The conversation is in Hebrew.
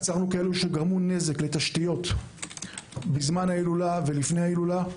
עצרנו כאלה שגרמו נזק לתשתיות בזמן ההילולה ולפני ההילולה.